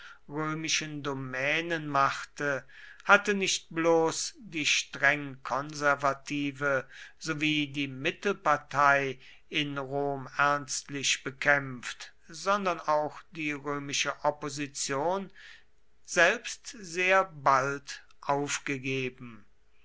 römischen domänen machte hatte nicht bloß die streng konservative sowie die mittelpartei in rom ernstlich bekämpft sondern auch die römische opposition selbst sehr bald aufgegeben